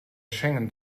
schengen